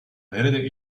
nerede